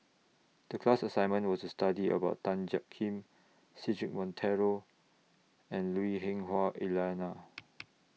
The class assignment was to study about Tan Jiak Kim Cedric Monteiro and Lui Hah Wah Elena